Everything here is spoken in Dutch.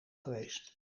geweest